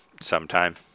sometime